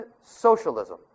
socialism